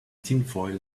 tinfoil